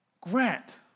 Grant